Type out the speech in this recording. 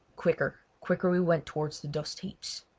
quicker, quicker we went towards the dust heaps.